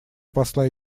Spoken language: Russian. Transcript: посла